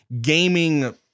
gaming